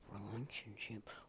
relationship